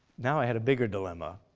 now i had a bigger dilemma.